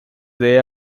they